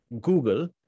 Google